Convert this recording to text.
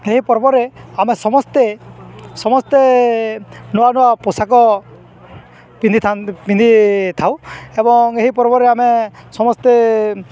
ଏହି ପର୍ବରେ ଆମେ ସମସ୍ତେ ସମସ୍ତେ ନୂଆ ନୂଆ ପୋଷାକ ପିନ୍ଧିଥାଉ ଏବଂ ଏହି ପର୍ବରେ ଆମେ ସମସ୍ତେ